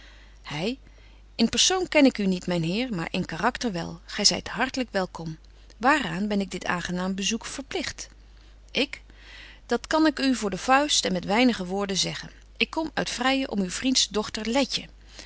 hy in persoon ken ik u niet myn heer maar in karakter wel gy zyt hartlyk welkom waaraan ben ik dit aangenaam bezoek verpligt ik dat kan ik u voor de vuist en met weinige woorden zeggen ik kom uit vryen om uw vriends dochter letje